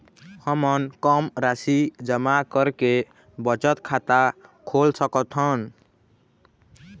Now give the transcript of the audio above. हमन कम राशि जमा करके बचत खाता खोल सकथन?